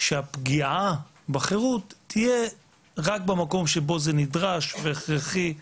שהפגיעה בחירות תהיה רק במקום שבו זה נדרש והכרחי